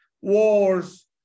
wars